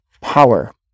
power